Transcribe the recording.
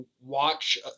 watch